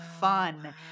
fun